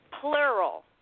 plural